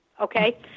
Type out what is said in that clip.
okay